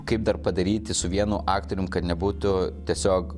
kaip dar padaryti su vienu aktorium kad nebūtų tiesiog